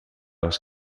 les